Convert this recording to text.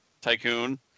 Tycoon